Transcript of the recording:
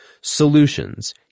Solutions